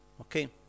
Okay